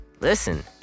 Listen